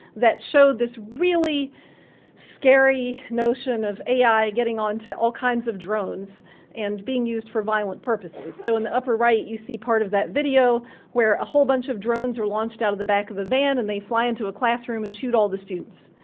that showed this really scary notion of ai getting onto all kinds of drones and being used for violent purposes. so in the upper right, you see part of that video where a whole bunch of drones were launched out of the back of a van and they fly into a classroom and chewed all the students,